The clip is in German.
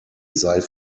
sei